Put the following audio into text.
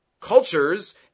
Cultures